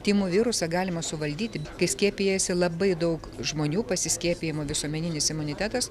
tymų virusą galima suvaldyti kai skiepijasi labai daug žmonių pasiskiepijimu visuomeninis imunitetas